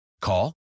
Call